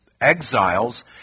exiles